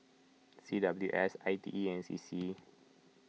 C W S I T E and C C